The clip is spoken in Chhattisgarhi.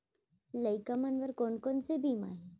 लइका मन बर कोन कोन से बीमा हे?